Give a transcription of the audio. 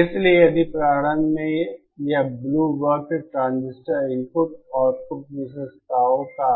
इसलिए यदि प्रारंभ में यह ब्लू वक्र ट्रांजिस्टर इनपुट आउटपुट विशेषताओं का